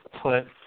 put